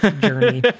journey